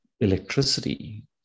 electricity